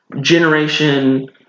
Generation